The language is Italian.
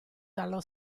dallo